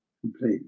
completely